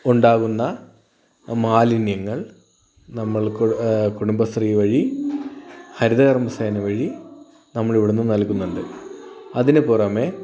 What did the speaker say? ഉണ്ടാകുന്ന മാലിന്യങ്ങൾ നമ്മൾക്ക് കുടുംബശ്രീ വഴി ഹരിത കർമ്മ സേന വഴി നമ്മൾ ഇവിടെ നിന്ന് നൽകുന്നുണ്ട് അതിനു പുറമെ